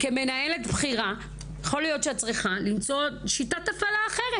כמנהלת בכירה יכול להיות שאת צריכה למצוא שיטת הפעלה אחרת.